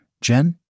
Jen